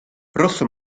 rosso